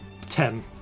Ten